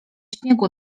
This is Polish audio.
śniegu